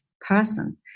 person